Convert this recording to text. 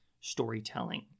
storytelling